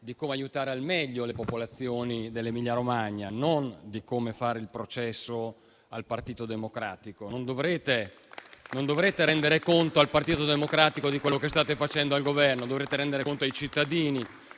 di come aiutare al meglio le popolazioni dell'Emilia-Romagna, non di come fare il processo al Partito Democratico. Voi non dovrete rendere conto al Partito Democratico di quello che state facendo al Governo. Dovrete rendere conto ai cittadini